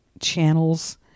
channels